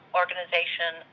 organization